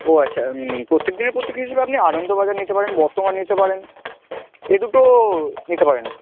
ও আচ্ছা প্রত্যেকদিনের পত্রিকা হিসেবে আপনি আনন্দবাজার নিতে পারেন বর্তমান নিতে পারেন এ দুটো নিতে পারেন